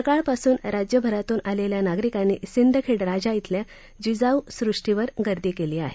सकाळपासून राज्यभरातून आलेल्या नागरिकांनी सिंदखेडराजा इथल्या जिजाऊ सृष्टीवर गर्दी केली आहे